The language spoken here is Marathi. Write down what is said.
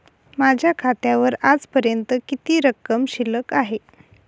माझ्या खात्यावर आजपर्यंत किती रक्कम शिल्लक आहे?